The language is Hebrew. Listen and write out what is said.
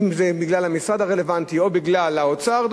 אם בגלל המשרד הרלוונטי או בגלל האוצר,